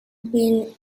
been